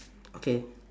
okay